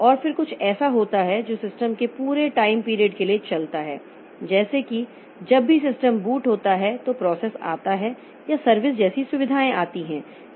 और फिर कुछ ऐसा होता है जो सिस्टम के पूरे टाइम पीरियड के लिए चलता है जैसे कि जब भी सिस्टम बूट होता है तो प्रोसेस आता है या सर्विस जैसी सुविधाएं आती हैं